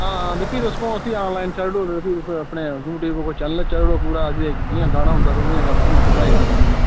हां दित्ती उसी आनलाइन अपने यू ट्यूब चैनल च जियां गाना होंदा इ'यां गै तुसेंगी असें बनाई देना पूरा